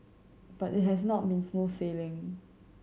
but it has not been smooth sailing